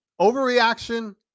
Overreaction